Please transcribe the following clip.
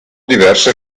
diverse